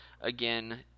Again